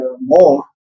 more